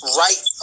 right